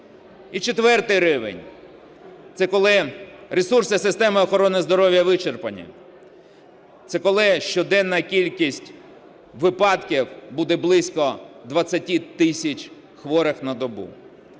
четвертий рівень – це коли ресурси системи охорони здоров'я вичерпані. Це коли щоденна кількість випадків буде близько 20 тисяч хворих на добу.